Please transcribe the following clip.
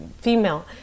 female